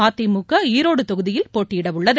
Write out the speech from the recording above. மதிமுகஈரோடு தொகுதியில் போட்டியிட உள்ளது